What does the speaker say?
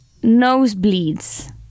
nosebleeds